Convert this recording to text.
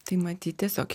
tai matyt tiesiog